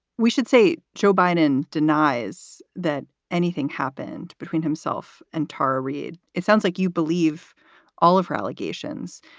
we should say joe biden denies that anything happened between himself and tara reid. it sounds like you believe all of her allegations,